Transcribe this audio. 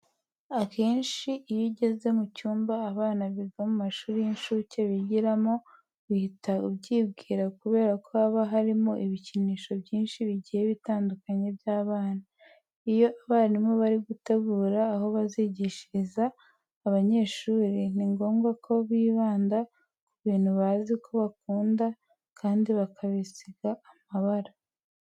Akenshi iyo ugeze mu cyumba abana biga mu mashuri y'inshuke bigiramo uhita ubyibwira kubera ko haba harimo ibikinisho byinshi bigiye bitandukanye by'abana. Iyo abarimu bari gutegura aho bazigishiriza aba banyeshuri, ni ngombwa ko bibanda ku bintu bazi ko bakunda kandi bakabisiga amabara.